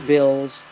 Bills